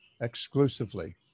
exclusively